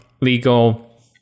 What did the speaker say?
legal